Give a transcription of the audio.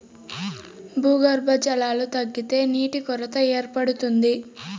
భూగర్భ జలాలు తగ్గితే నీటి కొరత ఏర్పడుతుంది